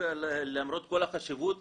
למרות כל החשיבות,